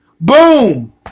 boom